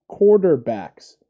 quarterbacks